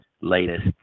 latest